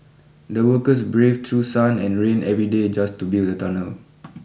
the workers braved through sun and rain every day just to build the tunnel